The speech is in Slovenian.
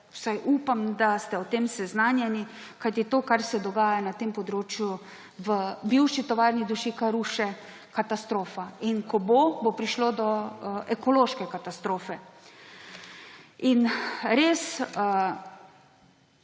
vsaj upam –, da ste o tem seznanjeni, kajti to, kar se dogaja na tem področju v bivši Tovarni dušika Ruše – katastrofa! In ko bo, bo prišlo do ekološke katastrofe. In res